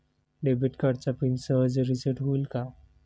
Debit कार्डचा pin सहज reset होईल का?